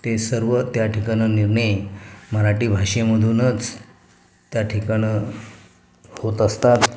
ते सर्व त्या ठिकाणी निर्णय मराठी भाषेमधूनच त्या ठिकाणं होत असतात